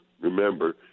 remember